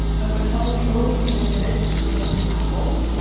and when a couple of the early people did it, it was novel.